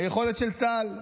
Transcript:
היכולת של צה"ל,